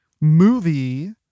Movie